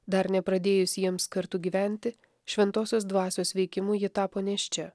dar nepradėjus jiems kartu gyventi šventosios dvasios veikimu ji tapo nėščia